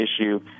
issue